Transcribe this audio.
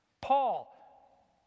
Paul